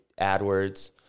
AdWords